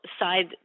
side